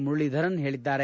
ಮುರಳೀಧರನ್ ಹೇಳಿದ್ದಾರೆ